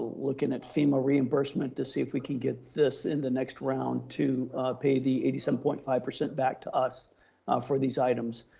looking at fema reimbursement to see if we can get this in the next round to pay the eighty seven point five back to us for these items.